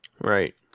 Right